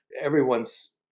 everyone's